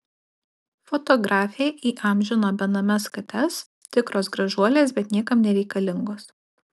fotografė įamžino benames kates tikros gražuolės bet niekam nereikalingos